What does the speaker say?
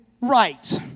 right